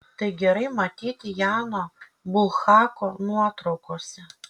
tai gerai matyti jano bulhako nuotraukose